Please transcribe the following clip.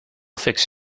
fix